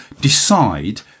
decide